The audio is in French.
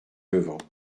levant